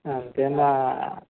అంటే మా